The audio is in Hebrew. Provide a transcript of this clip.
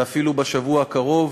ואפילו בשבוע הקרוב,